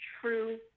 true